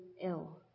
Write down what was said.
ill